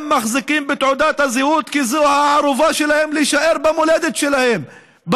הם מחזיקים בתעודת הזהות כי זו הערובה שלהם להישאר במולדת שלהם,